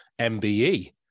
MBE